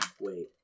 Wait